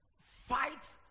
fight